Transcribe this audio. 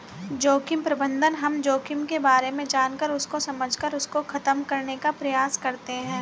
जोखिम प्रबंधन हम जोखिम के बारे में जानकर उसको समझकर उसको खत्म करने का प्रयास करते हैं